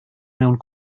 mewn